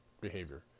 behavior